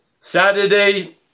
Saturday